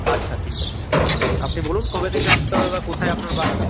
আচ্ছা ঠিক আছে সে ক্ষেত্রে আপনি বলুন কবে থেকে আসতে হবে বা কোথায় আপনার বাড়ি